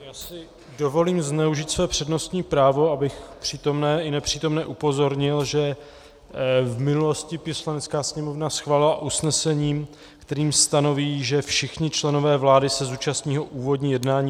Já si dovolím zneužít své přednostní právo, abych přítomné i nepřítomné upozornil, že v minulosti Poslanecká sněmovna schválila usnesení, kterým stanoví, že všichni členové vlády se zúčastní úvodního jednání schůze